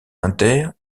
inter